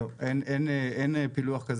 לא, אין פילוח כזה.